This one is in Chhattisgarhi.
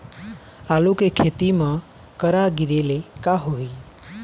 आलू के खेती म करा गिरेले का होही?